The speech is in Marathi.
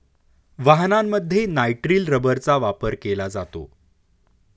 वाहनांमध्ये नायट्रिल रबरचा वापर केला जातो